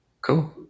Cool